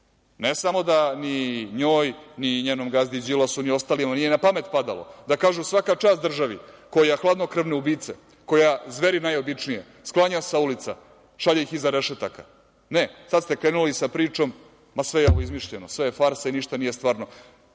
Ne samo da ni njoj, ni njenom gazdi Đilasu, ni ostalima nije na pamet padalo da kažu – svaka čast državi koja hladnokrvne ubice, koja zveri najobičnije sklanja sa ulica, šalje ih iza rešetaka, ne, sad ste krenuli sa pričom – ma sve je ovo izmišljeno, sve je farsa i ništa nije stvarno. Kažu